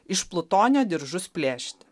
iš plutonio diržus plėšti